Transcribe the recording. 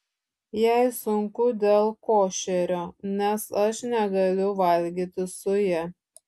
jai sunku dėl košerio nes aš negaliu valgyti su ja